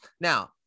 Now